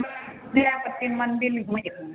हमरा विद्यापति मन्दिर घुमैके छै